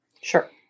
Sure